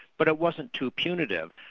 but it wasn't too punitive.